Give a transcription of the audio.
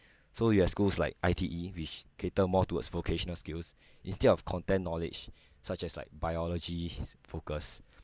so you have schools like I_T_E which cater more towards vocational skills instead of content knowledge such as like biology focus